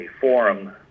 forum